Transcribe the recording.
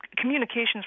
communications